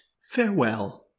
Farewell